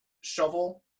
shovel